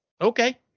okay